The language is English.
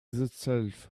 itself